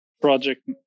project